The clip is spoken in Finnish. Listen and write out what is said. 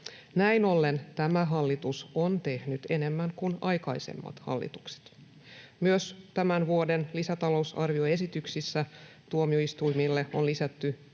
Näin ollen tämä hallitus on tehnyt enemmän kuin aikaisemmat hallitukset. Myös tämän vuoden lisätalousar-vioesityksissä tuomioistuimille on lisätty